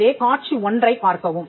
எனவே காட்சி 1 ஐப் பார்க்கவும்